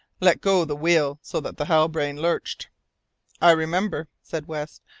let go the wheel, so that the halbrane lurched i remember, said west.